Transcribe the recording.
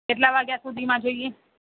કેટલા વાગ્યા સુધીમાં જોઈએ